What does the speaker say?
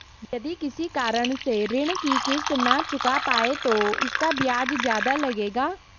यदि किसी कारण से ऋण की किश्त न चुका पाये तो इसका ब्याज ज़्यादा लगेगा?